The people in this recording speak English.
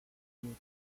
buried